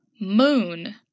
Moon